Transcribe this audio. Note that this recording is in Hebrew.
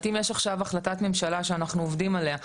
אם יש עכשיו החלטת ממשלה שאנחנו עובדים עליה,